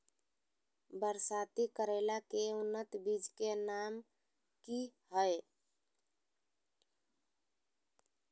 बरसाती करेला के उन्नत बिज के नाम की हैय?